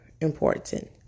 important